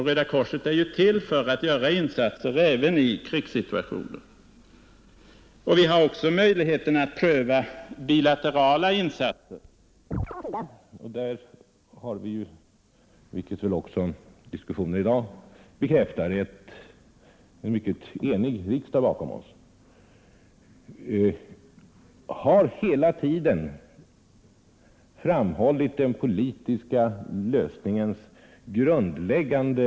Röda korset är ju till för att göra insatser även i krigssituationer. Vi har också möjlighet att pröva bilaterala insatser, förmedlade genom Indien till dessa flyktingskaror. Det har också sagts här i talarstolen att SIDA har varit berett till insatser, vilket utrikesministern också har redovisat. Vid förra interpellationsdebatten utlovade utrikesministern vidgade insatser.